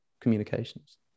communications